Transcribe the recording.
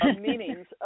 meanings